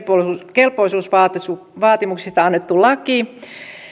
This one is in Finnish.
kelpoisuusvaatimuksista annettu laki